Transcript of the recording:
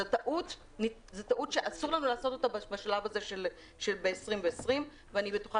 זאת טעות שאסור לנו לעשות אותה בשלב הזה בשנת 2020 ואני בטוחה